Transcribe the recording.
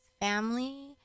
family